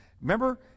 Remember